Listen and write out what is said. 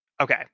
Okay